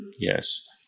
yes